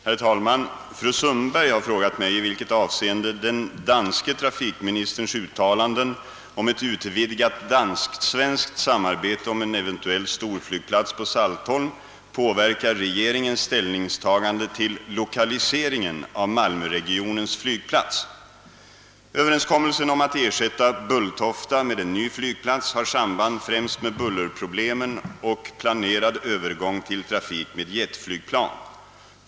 Herr talman! Fru Sundberg har frågat mig i vilket avseende den danske trafikministerns uttalanden om ett utvidgat danskt-svenskt samarbete om en eventuell storflygplats på Saltholm påverkar regeringens ställningstagande till lokaliseringen av malmöregionens flygplats. Överenskommelsen om att ersätta Bulltofta med en ny flygplats har samband främst med bullerproblemen och planerad övergång till trafik med jetflygplan.